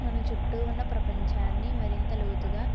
మన చుట్టూ ఉన్న ప్రపంచాన్ని మరింత లోతుగా